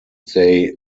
they